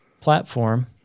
platform